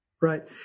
Right